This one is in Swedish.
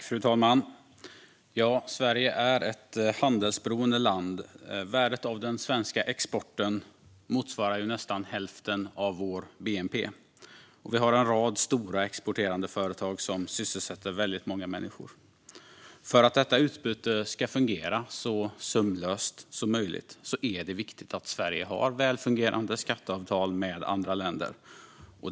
Fru talman! Sverige är ett handelsberoende land. Värdet av den svenska exporten motsvarar nästan hälften av vår bnp. Vi har en rad stora exporterande företag som sysselsätter väldigt många människor. För att detta utbyte ska fungera så sömlöst som möjligt är det viktigt att Sverige har välfungerande skatteavtal med andra länder.